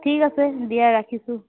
ঠিক আছে দিয়া ৰাখিছোঁ